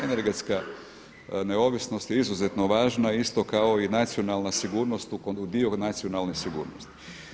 Energetska neovisnost je izuzetno važna kao i nacionalna sigurnost dio nacionalne sigurnosti.